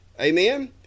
amen